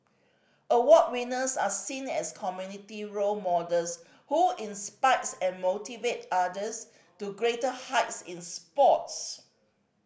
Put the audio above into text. award winners are seen as community role models who inspires and motivate others to greater heights in sports